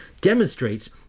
demonstrates